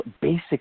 basic